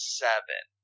seven